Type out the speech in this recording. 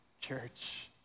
church